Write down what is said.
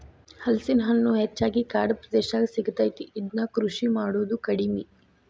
ಹಲಸಿನ ಹಣ್ಣು ಹೆಚ್ಚಾಗಿ ಕಾಡ ಪ್ರದೇಶದಾಗ ಸಿಗತೈತಿ, ಇದ್ನಾ ಕೃಷಿ ಮಾಡುದ ಕಡಿಮಿ